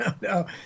no